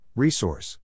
Resource